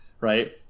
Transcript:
right